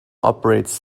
operates